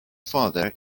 father